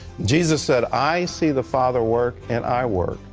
jesus said, i see the father work, and i work.